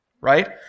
right